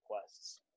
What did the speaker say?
requests